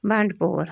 بنٛڈٕ پوٗر